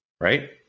right